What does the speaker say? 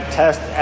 test